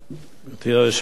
גברתי היושבת-ראש,